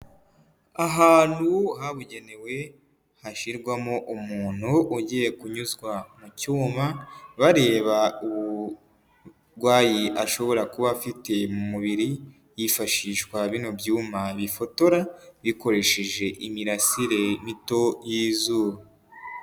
Ahantu habugenewe hashyirwamo umuntu ugiye kunyuzwa mu cyuma bareba uburwayi ashobora kuba afite mu mubiri yifashishwa bino byuma bifotora bikoresheje imirasire mito y'izuba.